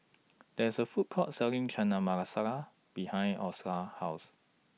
There IS A Food Court Selling Chana Masala behind Osa's House